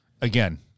Again